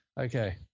Okay